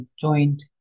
joint